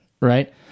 right